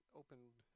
opened